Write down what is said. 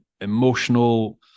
emotional